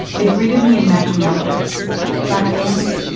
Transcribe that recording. they greeted me in matching outfits black pants,